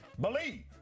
believe